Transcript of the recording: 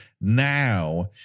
now